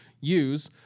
use